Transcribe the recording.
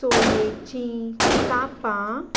सोयेचीं कापां